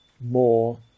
more